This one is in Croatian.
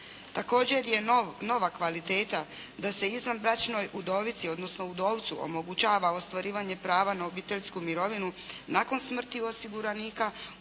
Također je nova kvaliteta da se izvanbračnoj udovici, odnosno udovcu omogućava ostvarivanje prava na obiteljsku mirovinu nakon smrti osiguranika uz uvjet